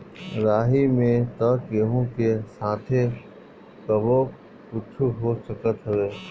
राही में तअ केहू के साथे कबो कुछु हो सकत हवे